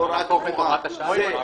הוראה קבועה.